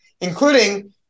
including